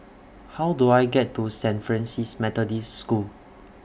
How Do I get to Saint Francis Methodist School